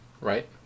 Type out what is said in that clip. Right